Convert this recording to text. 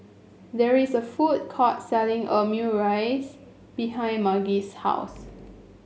there is a food court selling Omurice behind Margy's house